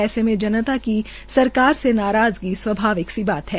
ऐसे मे जनता की सरकार से नराज़गी स्वाभिक सी बात है